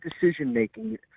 decision-making